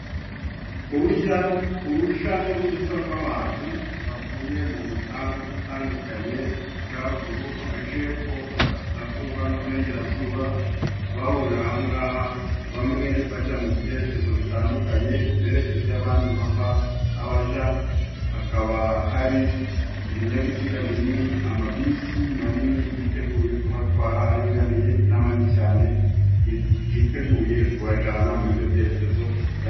Uruja n'uruza rw'abantu bavuye mu mihanda itandukanye amajaruguru， amajyepfo，ububurasirazuba n'uburengerazuba. Bahurira ahangaha， bamwe bajya mu byerekezo bitandukanye berekeza iyo abandi bava n'abaja， hakaba hari ibinyabiziga binini，amabisi manini yiteguye kubatwara aringaniye na manini cyane yiteguye kubajana muri ibyo byerekezo ba...